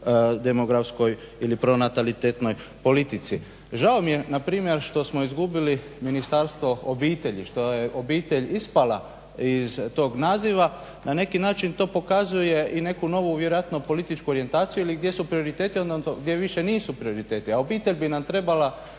demografskoj ili pronatalitetnoj politici. Žao mi je npr. što smo izgubili Ministarstvo obitelji, što je obitelj ispala iz tog naziva. Na neki način to pokazuje i neku novu vjerojatno političku orijentaciju ili gdje su prioriteti, odnosno gdje više nisu prioriteti. A obitelj bi nam trebala